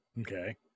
Okay